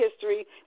history